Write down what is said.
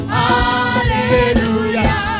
hallelujah